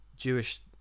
Jewish